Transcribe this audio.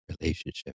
relationship